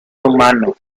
humanos